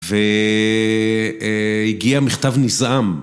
והגיע מכתב נזעם